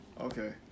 Okay